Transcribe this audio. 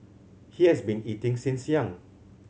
he has been eating since young